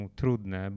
trudne